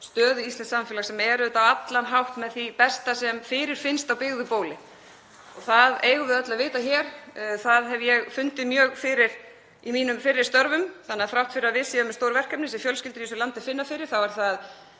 stöðu íslensks samfélags sem er auðvitað á allan hátt með því besta sem fyrirfinnst á byggðu bóli. Það eigum við öll að vita hér. Því hef ég fundið mjög fyrir í mínum fyrri störfum. Þannig að þrátt fyrir að við séum með stór verkefni sem fjölskyldur í þessu landi finna fyrir þá er það